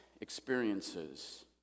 experiences